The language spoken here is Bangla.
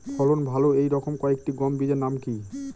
ফলন ভালো এই রকম কয়েকটি গম বীজের নাম কি?